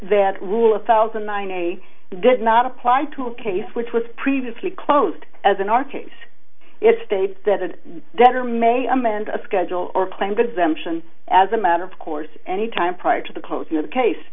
that rule a thousand nine a did not apply to a case which was previously closed as in our case it states that a debtor may amend a schedule or playing good sampson as a matter of course any time prior to the closing of the case